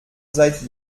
seit